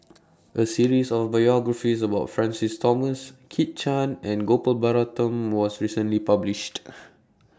A series of biographies about Francis Thomas Kit Chan and Gopal Baratham was recently published